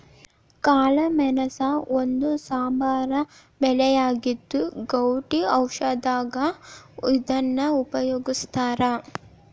ಕಾಳಮೆಣಸ ಒಂದು ಸಾಂಬಾರ ಬೆಳೆಯಾಗಿದ್ದು, ಗೌಟಿ ಔಷಧದಾಗ ಇದನ್ನ ಉಪಯೋಗಸ್ತಾರ